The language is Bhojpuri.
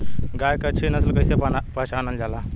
गाय के अच्छी नस्ल कइसे पहचानल जाला?